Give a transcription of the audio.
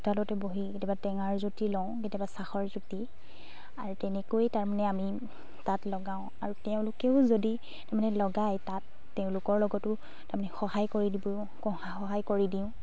চোতালতে বহি কেতিয়াবা টেঙাৰ জুতি লওঁ কেতিয়াবা চাহৰ জুতি আৰু তেনেকৈয়ে তাৰমানে আমি তাঁত লগাওঁ আৰু তেওঁলোকেও যদি তাৰমানে লগায় তাঁত তেওঁলোকৰ লগতো তাৰমানে সহায় কৰি দিব সহায় কৰি দিওঁ